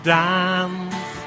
dance